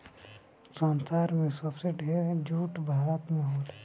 संसार में सबसे ढेर जूट भारत में होला